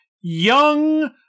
young